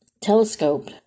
telescope